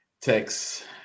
Text